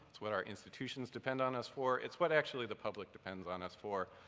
it's what our institutions depend on us for, it's what actually the public depends on us for,